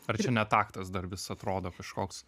ar čia netaktas dar vis atrodo kažkoks